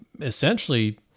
essentially